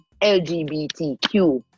lgbtq